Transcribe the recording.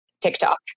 TikTok